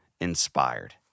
Inspired